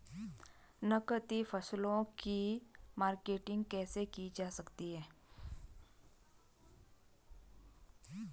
नकदी फसलों की मार्केटिंग कैसे की जा सकती है?